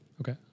Okay